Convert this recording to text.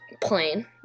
plain